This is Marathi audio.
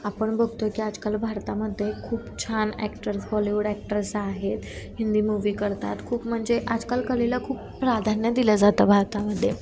आपण बघतो आहे की आजकाल भारतामध्ये खूप छान ॲक्टर्स बॉलिवूड ॲक्टर्स आहेत हिंदी मुव्ही करतात खूप म्हणजे आजकाल कलेला खूप प्राधान्य दिलं जातं भारतामध्ये